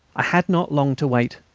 i had not long to wait.